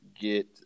get